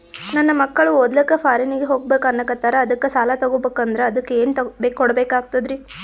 ನನ್ನ ಮಕ್ಕಳು ಓದ್ಲಕ್ಕ ಫಾರಿನ್ನಿಗೆ ಹೋಗ್ಬಕ ಅನ್ನಕತ್ತರ, ಅದಕ್ಕ ಸಾಲ ತೊಗೊಬಕಂದ್ರ ಅದಕ್ಕ ಏನ್ ಕೊಡಬೇಕಾಗ್ತದ್ರಿ?